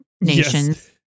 nations